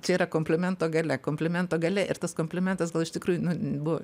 čia yra komplimento galia komplimento galia ir tas komplimentas gal iš tikrųjų nu buvo